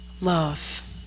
Love